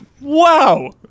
Wow